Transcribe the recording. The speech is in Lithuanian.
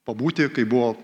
pabūti kai buvo